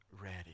ready